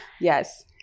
Yes